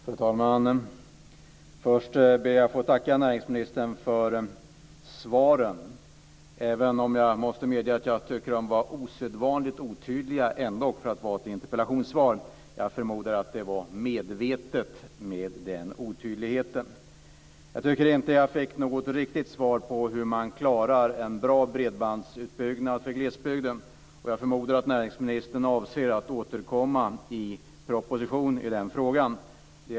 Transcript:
Fru talman! Först ber jag att få tacka näringsministern för svaren, även om jag måste medge att jag tycker att de för att vara lämnade i ett interpellationssvar var osedvanligt otydliga. Jag förmodar att den otydligheten var medveten. Jag tycker inte att jag fick något riktigt svar på hur man klarar en bra bredbandsutbyggnad för glesbygden. Jag förmodar att näringsministern avser att återkomma i proposition i den frågan.